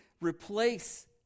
replace